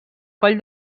coll